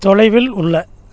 தொலைவில் உள்ள